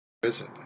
prison